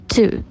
Two